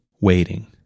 waiting